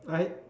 right